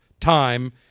time